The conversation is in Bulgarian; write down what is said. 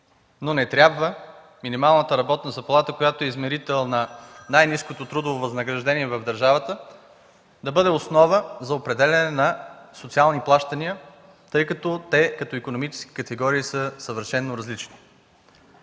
Но не трябва минималната работна заплата, която е измерител на най-ниското трудово възнаграждение в държавата, да бъде основа за определяне на социални плащания, тъй като те като икономически категории са съвършено различни.